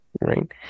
right